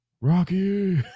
Rocky